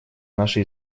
наши